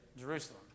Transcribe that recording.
Jerusalem